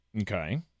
Okay